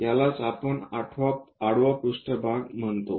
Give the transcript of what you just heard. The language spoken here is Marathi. यालाच आपण आडवा पृष्ठभाग म्हणतो